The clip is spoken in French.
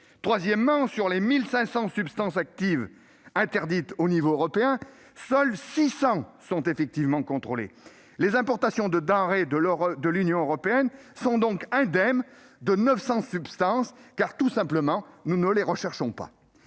Troisièmement, sur les 1 500 substances actives interdites à l'échelon européen, seules 600 sont effectivement contrôlées. Les importations de denrées dans l'Union européenne sont donc indemnes de 900 substances, car, tout simplement, nous ne les recherchons pas